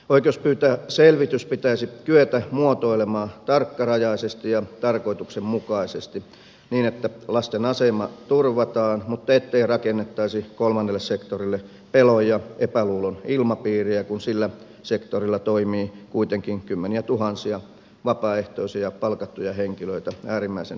oikeus pyytää selvitys pitäisi kyetä muotoilemaan tarkkarajaisesti ja tarkoituksenmukaisesti niin että lasten asema turvataan mutta ettei rakennettaisi kolmannelle sektorille pelon ja epäluulon ilmapiiriä kun sillä sektorilla toimii kuitenkin kymmeniätuhansia vapaaehtoisia ja palkattuja henkilöitä äärimmäisen tärkeissä töissä